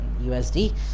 usd